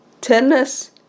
tennis